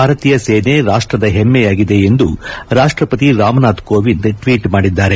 ಭಾರತೀಯ ಸೇನೆ ರಾಷ್ವದ ಹೆಮ್ಮೆಯಾಗಿದೆ ಎಂದು ರಾಷ್ವಪತಿ ರಾಮನಾಥ್ ಕೋವಿಂದ್ ಟ್ವೀಟ್ ಮಾಡಿದ್ದಾರೆ